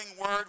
word